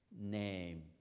name